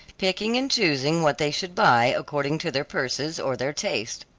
picking and choosing what they should buy according to their purses or their taste.